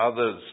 others